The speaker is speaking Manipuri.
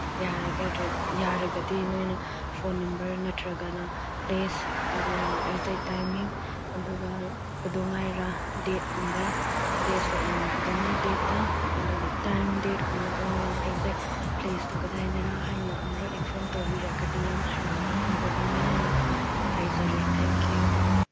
ꯌꯥꯔꯒꯗꯤ ꯅꯣꯏꯅ ꯐꯣꯟ ꯅꯝꯕꯔ ꯅꯠꯇ꯭ꯔꯒꯅ ꯄ꯭ꯂꯦꯁ ꯑꯗꯨꯒ ꯑꯦꯛꯖꯦꯛ ꯇꯥꯏꯃꯤꯡ ꯑꯗꯨꯒ ꯀꯩꯗꯧꯉꯩꯔ ꯗꯦꯠꯀꯨꯝꯕ ꯀꯩꯗꯧꯉꯩ ꯗꯦꯠꯇ ꯑꯗꯨꯒ ꯇꯥꯏꯝ ꯗꯦꯠꯀꯨꯝꯕꯗꯣ ꯅꯣꯏꯅ ꯑꯦꯛꯖꯦꯛ ꯄ꯭ꯂꯦꯁꯇꯣ ꯀꯗꯥꯏꯗꯔ ꯍꯥꯏꯅ ꯑꯃꯔꯛ ꯏꯟꯐꯣꯝ ꯇꯧꯕꯤꯔꯒꯗꯤ ꯌꯥꯝ ꯍꯔꯥꯎꯕ ꯐꯥꯎꯖꯒꯅꯤ ꯍꯥꯏꯅ ꯍꯥꯏꯖꯔꯤ ꯊꯦꯡ ꯀ꯭ꯌꯨ